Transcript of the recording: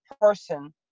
person